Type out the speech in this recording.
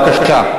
בבקשה.